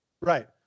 right